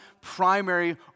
primary